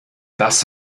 das